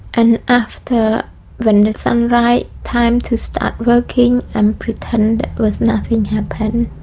and after but and sun rise, time to start working and pretend it was nothing happened.